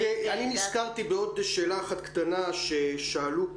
נזכרתי בעוד שאלה אחת קטנה ששאלו פה,